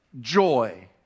joy